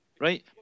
right